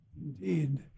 Indeed